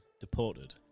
Deported